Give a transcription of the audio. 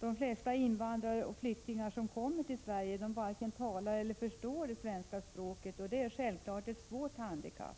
de flesta invandrare och flyktingar som kommer till Sverige varken talar eller förstår svenska språket, vilket självfallet är ett svårt handikapp.